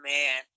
Man